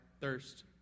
thirst